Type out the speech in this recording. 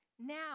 now